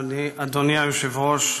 אדוני היושב-ראש,